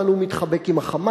אבל הוא מתחבק עם ה"חמאס"